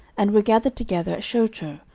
and were gathered together at shochoh,